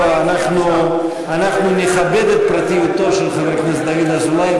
אנחנו מכבד את פרטיותו של חבר הכנסת דוד אזולאי,